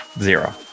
Zero